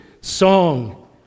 song